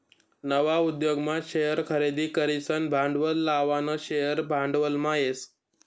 नवा उद्योगमा शेअर खरेदी करीसन भांडवल लावानं शेअर भांडवलमा येस